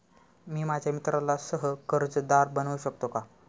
मी माझ्या मित्राला सह कर्जदार बनवू शकतो का?